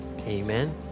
Amen